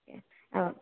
অঁ